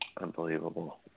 Unbelievable